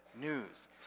news